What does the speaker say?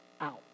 out